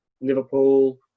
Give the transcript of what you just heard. liverpool